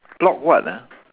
block what ah